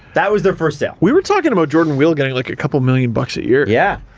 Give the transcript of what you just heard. that was their first sale. we were talking about jordan weal getting, like, a couple million bucks a year. yeah,